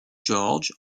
george